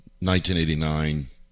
1989